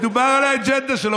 מדובר על האג'נדה שלו.